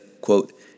quote